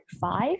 five